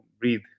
breathe